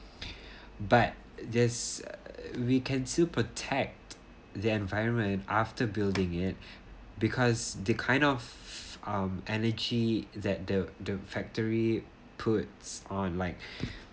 but yes we can still protect the environment after building it because the kind of um energy that the the factory puts on like